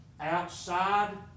outside